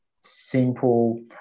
simple